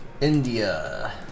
India